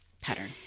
pattern